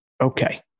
Okay